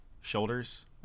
shoulders